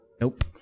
Nope